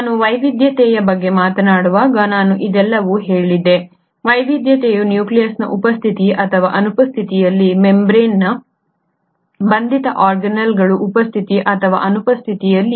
ನಾನು ವೈವಿಧ್ಯತೆಯ ಬಗ್ಗೆ ಮಾತನಾಡುವಾಗ ನಾನು ಇದೆಲ್ಲವನ್ನೂ ಹೇಳಿದೆ ವೈವಿಧ್ಯತೆಯು ನ್ಯೂಕ್ಲಿಯಸ್ನ ಉಪಸ್ಥಿತಿ ಅಥವಾ ಅನುಪಸ್ಥಿತಿಯಲ್ಲಿ ಮೆಂಬರೇನ್ ದ ಬಂಧಿತ ಆರ್ಗಾನ್ಯಿಲ್ಗಳ ಉಪಸ್ಥಿತಿ ಅಥವಾ ಅನುಪಸ್ಥಿತಿಯಲ್ಲಿದೆ